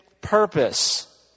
purpose